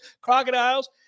crocodiles